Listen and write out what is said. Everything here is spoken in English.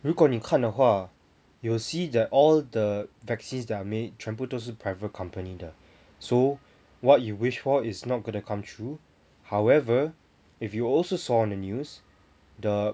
如果你看的话 you will see that all the vaccines that are made 全部都是 private company 的 so what you wish for is not gonna come true however if you also saw on the news the